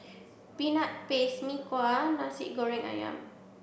peanut paste Mee Kuah and Nasi Goreng Ayam